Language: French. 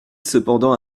cependant